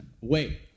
Wait